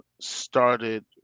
started